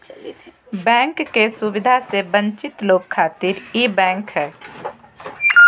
bank के सुविधा से वंचित लोग खातिर ई बैंक हय